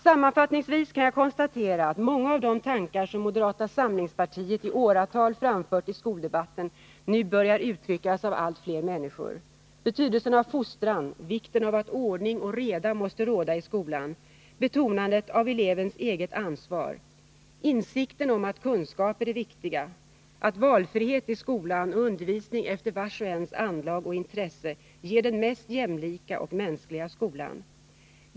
Sammanfattningsvis kan jag konstatera att många av de tankar som moderata samlingspartiet i åratal framfört i skoldebatten börjar uttryckas av allt fler människor: betydelsen av fostran, vikten av att ordning och reda råder i skolan, betonandet av elevens eget ansvar, insikten om att kunskaper är viktiga, att valfrihet i skolan och undervisning efter vars och ens anlag och intresse ger den mest jämlika och mänskliga skolan.